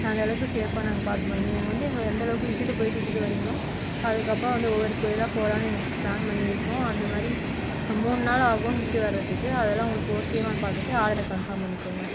அந்தளவுக்கு சேஃபாக நாங்கள் பார்த்துப்போம் நீங்கள் வந்து எங்களை எந்தளவுக்கு இட்டுட்டுப்போய் இட்டுட்டு வர்றீங்களோ அதுக்கப்புறம் வந்து ஒவ்வொரு கோயிலாக போகலானு எங்களுக்கு பிளான் பண்ணியிருக்கோம் அந்த மாதிரி மூணு நாள் ஆகும் வீட்டுக்கு வர்றதுக்கு அதலாம் உங்களுக்கு ஓகேவானு பார்த்துட்டு ஆர்டரை கன்பார்ம் பண்ணிக்கோங்க